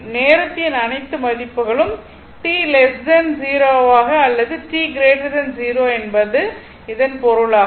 நேரத்தின் அனைத்து மதிப்புகளும் t 0 அல்லது t 0 என்பது இதன் பொருள் ஆகும்